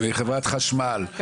חברת חשמל,